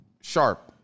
sharp